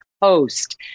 Post